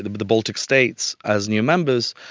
the but the baltic states as new members,